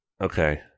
Okay